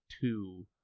two